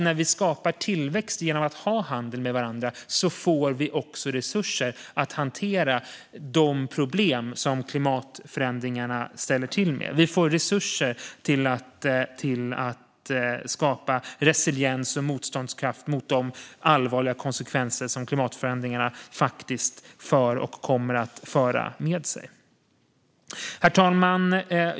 När vi skapar tillväxt genom att ha handel med varandra får vi också resurser att hantera de problem som klimatförändringarna ställer till med. Vi får resurser till att skapa resiliens och motståndskraft mot de allvarliga konsekvenser som klimatförändringarna faktiskt för med sig och kommer att föra med sig. Herr talman!